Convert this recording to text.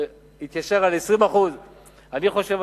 זה התיישר על 20%. אני חושב,